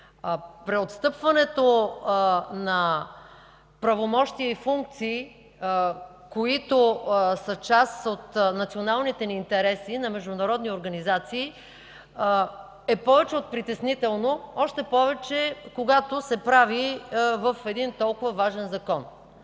Преотстъпването на правомощия и функции, които са част от националните ни интереси, на международни организации е повече от притеснително, още повече когато се прави в един толкова важен закон.